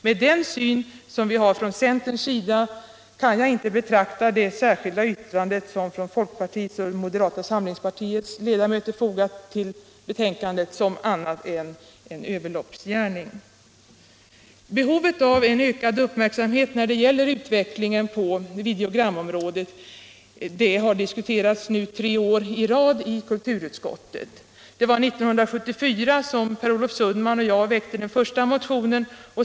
Med den syn vi har i centern kan jag inte betrakta det särskilda yttrande som folkpartiets och moderata samlingspartiets ledamöter fogat vid betänkandet som annat än en överloppsgärning. Behovet av en ökad uppmärksamhet när det gäller utvecklingen på videogramområdet har diskuterats tre år i rad i kulturutskottet. Det var 1974 som Per Olof Sundman och jag väckte den första motionen.